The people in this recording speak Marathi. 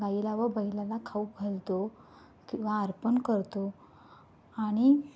गाईला व बैलाला खाऊ घालतो किंवा अर्पण करतो आणि